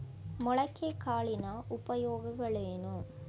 ಮೊಳಕೆ ಕಾಳಿನ ಉಪಯೋಗಗಳೇನು?